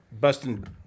busting